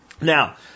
Now